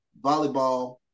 Volleyball